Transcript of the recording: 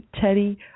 Teddy